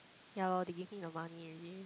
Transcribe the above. ya lor they give me the money already